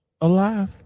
alive